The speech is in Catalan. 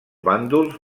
bàndols